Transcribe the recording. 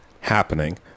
happening